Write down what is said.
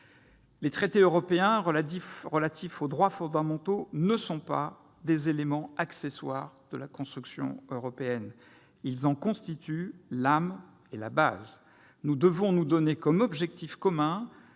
Les traités européens relatifs aux droits fondamentaux ne sont pas des éléments accessoires de la construction européenne. Ils en constituent l'âme et la base. Nous devons nous donner comme objectif commun